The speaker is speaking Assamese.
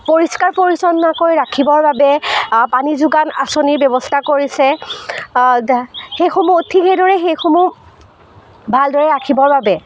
পৰিষ্কাৰ পৰিচ্ছন্নকৈ ৰাখিবৰ বাবে পানী যোগান আঁচনিৰ ব্যৱস্থা কৰিছে সেইসমূহ ঠিক সেইদৰে সেইসমূহ ভালদৰে ৰাখিবৰ বাবে